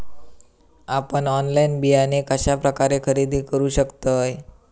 आपन ऑनलाइन बियाणे कश्या प्रकारे खरेदी करू शकतय?